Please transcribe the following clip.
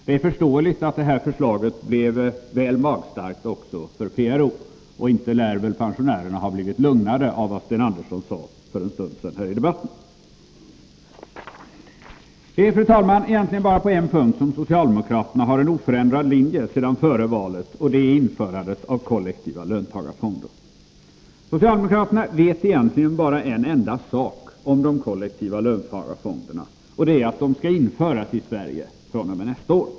Det är förståeligt att det här förslaget blev väl magstarkt också för PRO. Och inte lär väl pensionärerna ha blivit lugnare av vad Sten Andersson sade för en stund sedan i debatten. Det är, fru talman, egentligen bara på en punkt som socialdemokraterna har en oförändrad linje sedan före valet, och det är i fråga om införandet av kollektiva löntagarfonder. Socialdemokraterna vet egentligen bara en enda sak om de kollektiva löntagarfonderna, och det är att de skall införas i Sverige fr.o.m. nästa år.